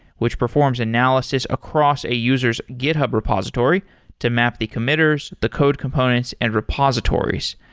which performs analysis across a user s github repository to map the committers, the code components and repositories.